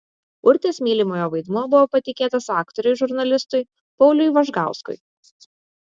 urtės mylimojo vaidmuo buvo patikėtas aktoriui žurnalistui pauliui važgauskui